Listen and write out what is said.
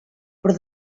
però